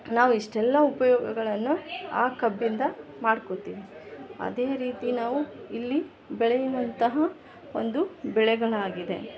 ನಾವು ಇಷ್ಟೆಲ್ಲ ಉಪಯೋಗಗಳನ್ನು ಆ ಕಬ್ಬಿಂದ ಮಾಡ್ಕೋತೀವಿ ಅದೇ ರೀತಿ ನಾವು ಇಲ್ಲಿ ಬೆಳೆಯುವಂತಹ ಒಂದು ಬೆಳೆಗಳಾಗಿದೆ